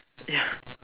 ya